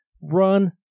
Run